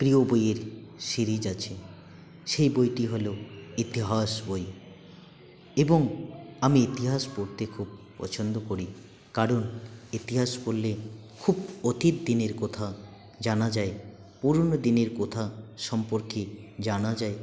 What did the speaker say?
প্রিয় বইয়ের সিরিজ আছে সেই বইটি হলো ইতিহাস বই এবং আমি ইতিহাস পড়তে খুব পছন্দ করি কারণ ইতিহাস পড়লে খুব অতীত দিনের কথা জানা যায় পুরোনো দিনের কথা সম্পর্কে জানা যায়